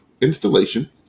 installation